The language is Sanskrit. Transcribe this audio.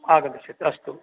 आगमिष्यति अस्तु